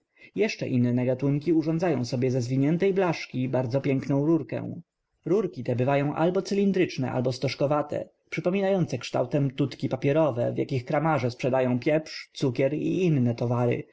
jeszcze inne gatunki urządzają sobie ze zwiniętej blaszki bardzo piękną rurkę rurki te bywają albo cylindryczne albo stożkowate przypominające kształtami tutki papierowe w jakich kramarze sprzedają pieprz cukier i inne towary